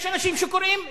יש אנשים שקוראים לחרם.